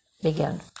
begin